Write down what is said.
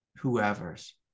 Whoever's